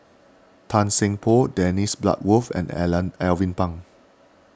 Tan Seng Poh Dennis Bloodworth and Alan Alvin Pang